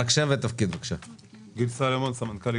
הישיבה ננעלה בשעה 13:50.